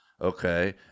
Okay